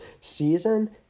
season